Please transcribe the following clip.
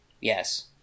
Yes